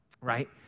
right